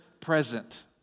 present